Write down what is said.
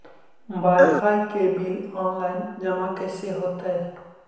Wifi के bill online जमा कैसे होतै?